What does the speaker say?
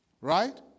Right